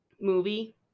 movie